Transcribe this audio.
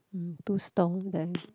mm two stall there